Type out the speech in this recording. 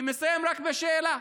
אני מסיים רק בשאלה: